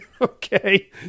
okay